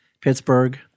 Pittsburgh